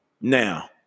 Now